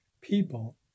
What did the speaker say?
people